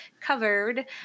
covered